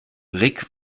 rick